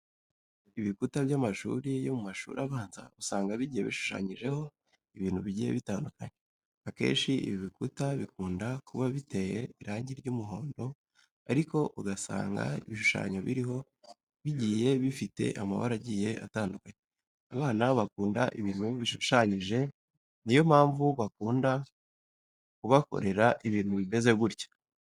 Ibikuta by'amashuri yo mu mashuri abanza usanga bigiye bishushanyijeho ibintu bigiye bitandukanye. Akenshi ibi bukuta bikunda kuba biteye irangi ry'aumuhondo ariko ugasanga ibinshushanyo biriho bigiye bifite amabara agiye atandukanye. Abana bakunda ibintu bishushanyije ni yo mpamvu bakunda kubakorera ibintu bimeze gutya.